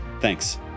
Thanks